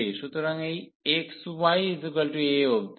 সুতরাং এই xya অবধি